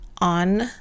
on